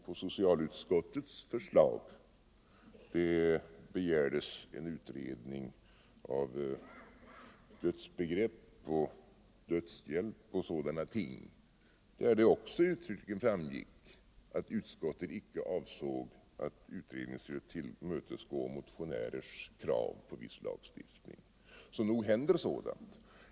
På socialutskottets förslag begärdes en utredning av dödsbegrepp, dödshjälp och sådana ting, och där framgick också uttrycklingen att utskottet icke avsåg att utredningen skulle tillmötesgå motionärers krav på viss lagstiftning. Så nog händer sådant.